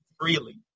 freely